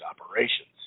operations